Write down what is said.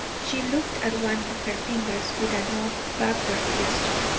she looked at one of her fingers with an odd backward gesture.